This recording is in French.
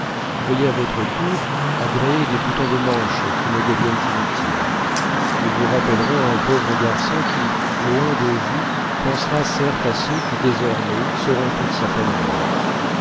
veuillez à votre tour agréer des boutons de manche qui me deviennent inutiles ils vous rappelleront un pauvre garçon qui loin de vous pensera certes à ceux qui désormais seront toute sa famille